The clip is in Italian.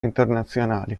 internazionali